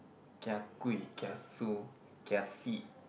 kiagui kiasu kiasi